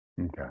Okay